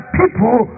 people